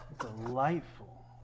Delightful